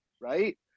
right